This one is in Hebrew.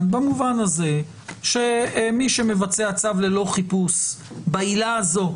במובן הזה שמי שמבצע חיפוש ללא צו בעילה הזו,